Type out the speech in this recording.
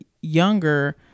younger